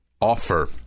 offer